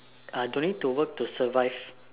uh no need to work to survive